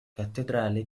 cattedrale